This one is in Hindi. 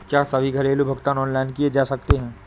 क्या सभी घरेलू भुगतान ऑनलाइन किए जा सकते हैं?